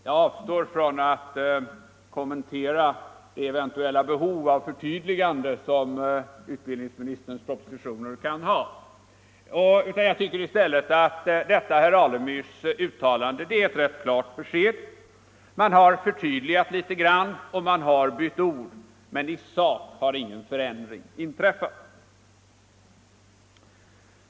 Jag avstår från att kommentera det eventuella behov av förtydligande som utbildningsministerns propositioner kan ha. Jag tycker att detta herr Alemyrs uttalande är ett rätt klart besked: man har förtydligat och bytt ord, men i sak har ingen förändring inträffat.